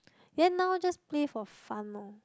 then now just play for fun loh